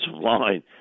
line